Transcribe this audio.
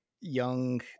young